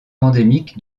endémique